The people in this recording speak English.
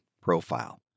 profile